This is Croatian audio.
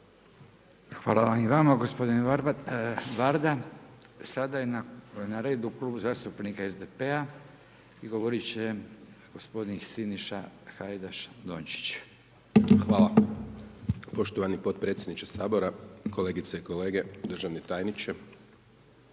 Hvala i vama gospodine Varda. Sada je na redu Klub zastupnika SDP-a i govoriti će gospodin Siniša Hajdaš-Dončić. **Hajdaš Dončić, Siniša (SDP)** Hvala. Poštovani potpredsjedniče Sabora, kolegice i kolege, državni tajniče.